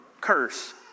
curse